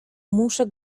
muszę